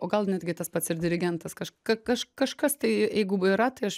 o gal netgi tas pats ir dirigentas kaž ka kaž kažkas tai jeigu yra tai aš